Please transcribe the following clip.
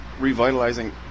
revitalizing